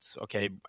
okay